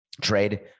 trade